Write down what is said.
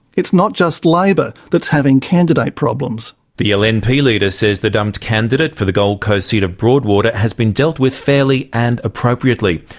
it's not just labor that's having candidate problems. the lnp leader says the dumped candidate for the gold coast seat of broadwater has been dealt with fairly and appropriately.